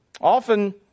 Often